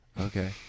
Okay